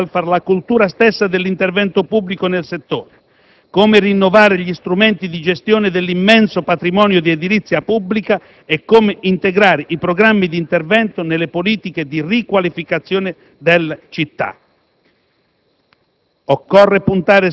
come rinnovare nel nuovo *welfare* la cultura stessa dell'intervento pubblico nel settore; come rinnovare gli strumenti di gestione dell'immenso patrimonio di edilizia pubblica e come integrare i programmi di intervento nelle politiche di riqualificazione delle città.